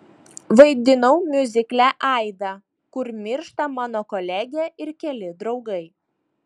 vaidinau miuzikle aida kur miršta mano kolegė ir keli draugai